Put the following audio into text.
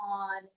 on